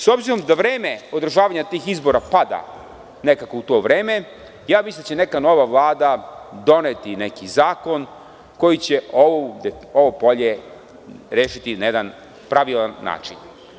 S obzirom da vreme održavanja tih izbora pada nekako u to vreme, ja mislim da će neka nova vlada doneti neki zakon koji će ovo polje rešiti na jedan pravilan način.